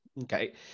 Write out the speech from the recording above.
Okay